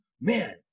man